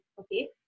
Okay